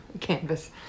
canvas